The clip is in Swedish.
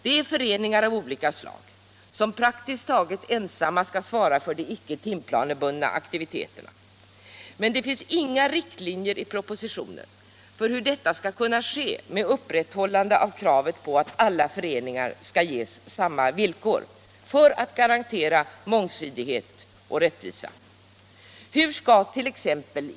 Det är föreningar av olika slag som skall praktiskt taget ensamma svara för de icke timplanebundna aktiviteterna, men det finns inga riktlinjer givna för hur detta skall kunna ske med upprätthållande av kravet på att alla föreningar skall ges samma villkor för att garantera mångsidighet och rättvisa.